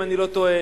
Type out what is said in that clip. אם אני לא טועה,